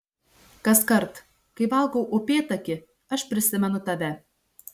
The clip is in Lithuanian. kaskart kai valgau upėtakį aš prisimenu tave